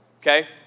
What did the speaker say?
okay